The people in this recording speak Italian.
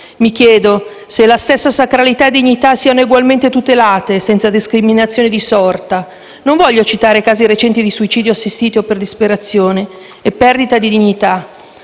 Mi chiedo se la stessa sacralità e dignità siano egualmente tutelate, senza discriminazione di sorta. Non voglio citare casi recenti di suicidio assistito per disperazione e perdita di dignità